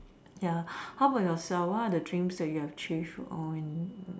ya how about yourself what are the dreams that you have achieved